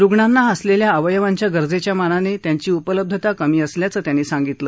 रुग्णांना असलेल्या अवयवांच्या गरजेच्या मानाने त्यांची उपलब्धता कमी असल्याचं त्यांनी सांगितलं